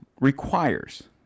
requires